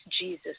Jesus